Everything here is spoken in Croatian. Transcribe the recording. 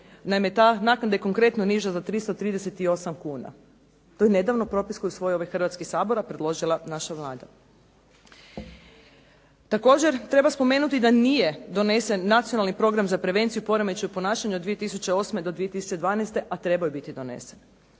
Naime, ta naknada je konkretno niža za 338 kuna. To je nedavno propis koji je usvojio ovaj Hrvatski sabor, a predložila naša Vlada. Također treba spomenuti da nije donesen Nacionalni program za prevenciju poremećaja u ponašanju 2008.-2012., a trebao je biti donesen.